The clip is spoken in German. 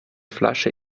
flasche